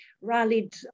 rallied